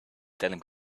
telling